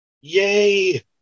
yay